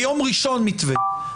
ביום ראשון מתווה,